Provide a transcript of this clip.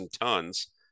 tons